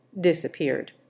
disappeared